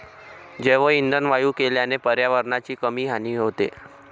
जैवइंधन वायू केल्याने पर्यावरणाची कमी हानी होते